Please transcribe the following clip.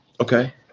Okay